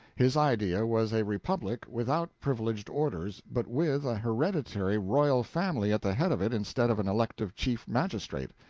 his idea was a republic, without privileged orders, but with a hereditary royal family at the head of it instead of an elective chief magistrate.